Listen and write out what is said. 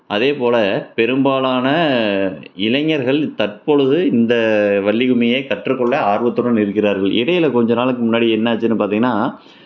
அதேபோல் பெரும்பாலான இளைஞர்கள் தற்பொழுது இந்த வள்ளிக்கும்மியை கற்றுக்கொள்ள ஆர்வத்துடன் இருக்கிறார்கள் இடையில் கொஞ்சம் நாளுக்கு முன்னாடி என்னாச்சுனு பார்த்திங்கன்னா